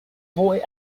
boy